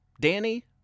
Danny